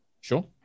Sure